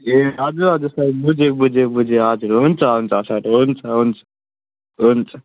ए हजुर हजुर सर बुझेँ बुझेँ बुझेँ हजुर हुन्छ हुन्छ सर हुन्छ हुन्छ हुन्छ